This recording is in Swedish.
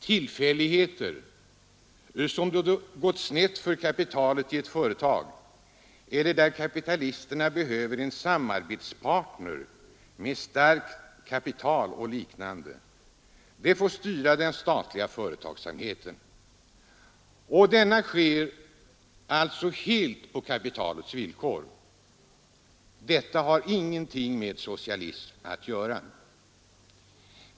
Tillfälligheter, som att det gått snett för kapitalet i ett företag eller att kapitalisterna behöver en samarbetspartner med starkt kapital, får styra den statliga företagsamheten. Denna sker alltså helt på kapitalets villkor. Detta har ingenting med socialism att göra.